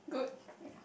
good